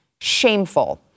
Shameful